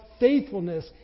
Faithfulness